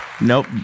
Nope